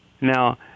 Now—